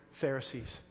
Pharisees